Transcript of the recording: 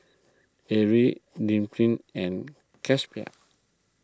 Ari and